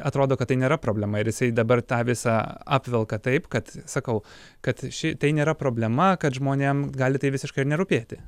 atrodo kad tai nėra problema ir jisai dabar tą visą apvelka taip kad sakau kad ši tai nėra problema kad žmonėm gali tai visiškai ir nerūpėti